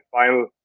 final